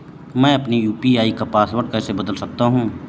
मैं अपने यू.पी.आई का पासवर्ड कैसे बदल सकता हूँ?